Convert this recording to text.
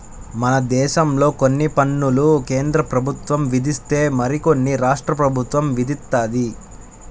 మనదేశంలో కొన్ని పన్నులు కేంద్రప్రభుత్వం విధిస్తే మరికొన్ని రాష్ట్ర ప్రభుత్వం విధిత్తది